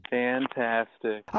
fantastic